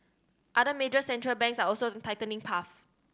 other major Central Banks are also tightening path